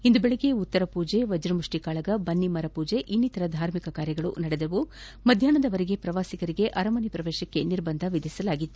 ಇಂದು ಬೆಳಿಗ್ಗೆ ಉತ್ತರ ಪೂಜೆ ವಜ್ರಮುಖ್ಯಿ ಕಾಳಗ ಬನ್ನಿ ಮರ ಪೂಜೆಇನ್ನಿತರ ಧಾರ್ಮಿಕ ಕಾರ್ಯಗಳು ನಡೆದವು ಮಧ್ಯಾಹ್ನದವರೆಗೆ ಪ್ರವಾಸಿಗರಿಗೆ ಅರಮನೆ ಪ್ರವೇಶಕ್ಕೆ ನಿರ್ಬಂಧ ವಿಧಿಸಲಾಗಿತ್ತು